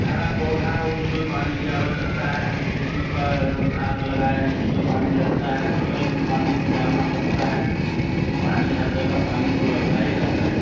हरा पौधा हो उसमें पानी की आवश्यकता है हम खेत में पर घास लगाएँ उसमें पानी लगता है फ़सल में पानी डालना पड़ता है तो पानी हर जगह पानी तो लगता ही रहता है